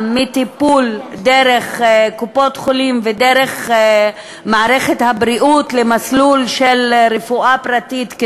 מטיפול דרך קופות-חולים ודרך מערכת הבריאות למסלול של רפואה פרטית,